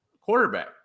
quarterback